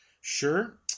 Sure